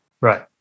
Right